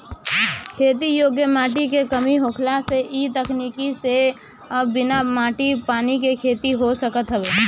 खेती योग्य माटी के कमी होखला से इ तकनीकी से अब बिना माटी पानी के खेती हो सकत हवे